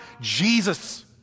Jesus